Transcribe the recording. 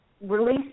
release